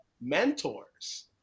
mentors